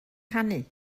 canu